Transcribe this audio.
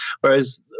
Whereas